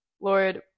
Lord